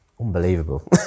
unbelievable